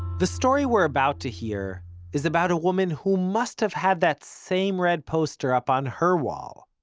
the story we're about to hear is about a woman who must have had that same red poster up on her wall.